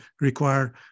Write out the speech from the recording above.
require